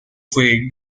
fue